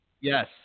Yes